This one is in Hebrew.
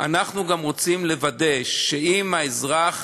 אנחנו גם רוצים לוודא שאם האזרח